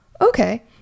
okay